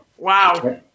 Wow